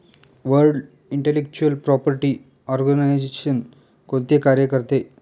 World intellectual property organisation कोणते कार्य करते?